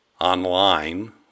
online